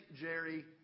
Jerry